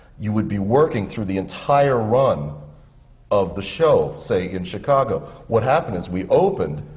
you would be working through the entire run of the show, say, in chicago. what happened is we opened.